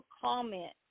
comment